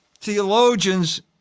theologians